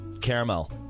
Caramel